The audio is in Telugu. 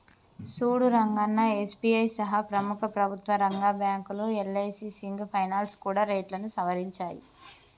సూడు రంగన్నా ఎస్.బి.ఐ సహా ప్రముఖ ప్రభుత్వ రంగ బ్యాంకులు యల్.ఐ.సి సింగ్ ఫైనాల్స్ కూడా రేట్లను సవరించాయి